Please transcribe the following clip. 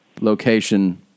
location